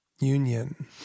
union